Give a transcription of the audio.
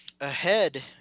ahead